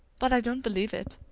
but i don't believe it.